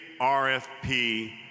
RFP